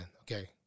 okay